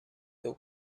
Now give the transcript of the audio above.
teu